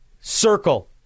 circle